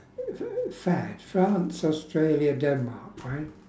fad france australia denmark right